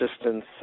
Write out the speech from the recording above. assistance